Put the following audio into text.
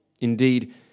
Indeed